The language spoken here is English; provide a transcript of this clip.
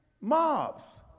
mobs